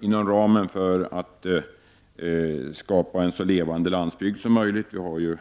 Inom ramen för målet att skapa en så levande landsbygd som möjligt — vi har ju